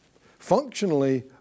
functionally